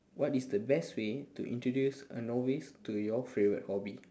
what is the best way to introduce a novice to our favorite hobby